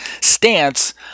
stance